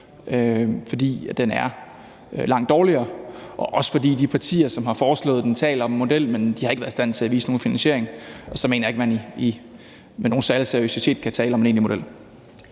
da den er langt dårligere, og det er også, fordi de partier, som har foreslået den, taler om en model, men de har ikke været i stand til at vise nogen finansiering, og så mener jeg ikke, man med nogen særlig seriøsitet kan tale om en egentlig model.